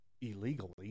illegally